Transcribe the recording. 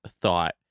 thought